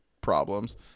problems